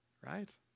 right